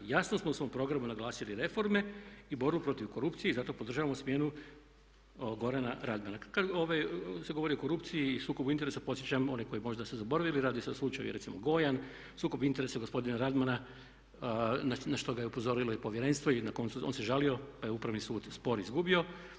Jasno smo u svom programu naglasili reforme i borbu protiv korupcije i zato podržavamo smjenu Gorana Radmana." Kada se govori o korupciji i sukobu interesa podsjećam oni koji su možda zaboravili radi se o slučaju recimo Gojan, sukob interesa gospodina Radmana na što ga je upozorilo i Povjerenstvo i na koncu on se žalio, pa je Upravni sud spor izgubio.